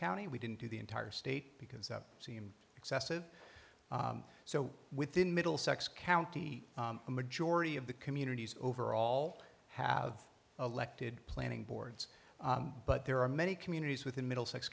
county we didn't do the entire state because of seemed excessive so within middlesex county a majority of the communities overall have elected planning boards but there are many communities within middlesex